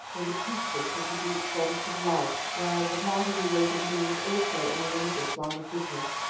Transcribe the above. was a priestess of the greek goddess of love, whereas the party who waited me was also in a religious line of business.